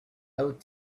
out